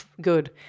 Good